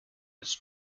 als